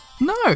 No